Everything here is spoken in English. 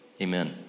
amen